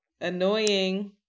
Annoying